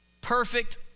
perfect